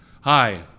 Hi